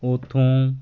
ਉੱਥੋਂ